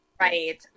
Right